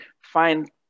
find